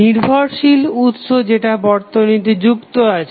নির্ভরশীল উৎস যেটা বর্তনীতে যুক্ত আছে